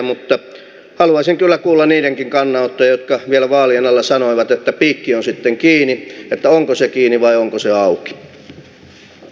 mutta haluaisin kyllä kuulla niidenkin kannanottoja jotka vielä vaalien alla sanoivat että piikki on sitten kiinni että onko se kiinni vai onko se auki